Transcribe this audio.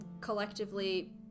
collectively